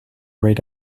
rid